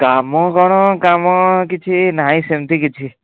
କାମ କ'ଣ କାମ କିଛି ନାହିଁ ସେମିତି କିଛି